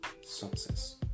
success